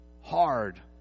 hard